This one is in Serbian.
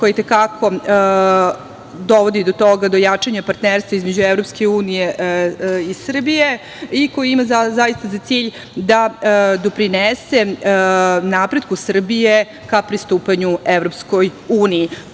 koji itekako dovodi do toga do jačanja partnerstva između EU i Srbije, i koji ima zaista za cilj da doprinese napretku Srbije ka pristupanju EU.Pored